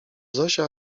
zosia